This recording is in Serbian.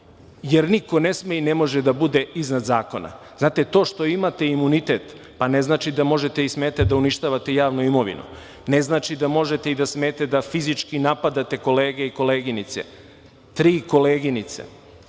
jer niko ne sme i ne može da bude iznad zakona. Znate to što imate imunitet, ne znači da smete i možete da uništavate javnu imovinu, ne znači da možete i da smete da fizički napadate kolege i koleginice, tri koleginice